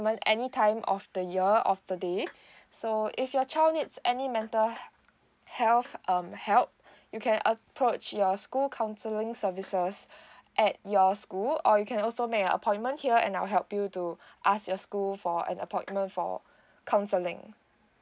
any time of the year of the day so if your child needs any mental health um help you can approach your school counselling services at your school or you can also make an appointment here and I'll help you to ask your school for an appointment for counselling